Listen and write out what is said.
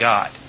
God